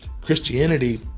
Christianity